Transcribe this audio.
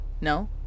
no